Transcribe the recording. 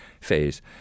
phase